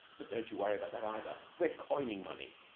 but don't you worry about that either. we're coining money.